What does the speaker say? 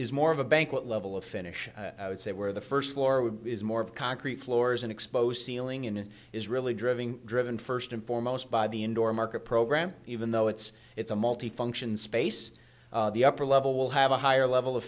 is more of a bank what level of finish would say where the first floor would be is more of concrete floors and exposed ceiling and is really driving driven first and foremost by the indoor market program even though it's it's a multi function space the upper level will have a higher level of